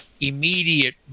immediate